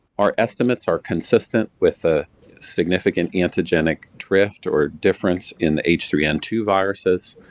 our estimates are consistent with the significant antigenic drift, or difference, in the h three n two viruses,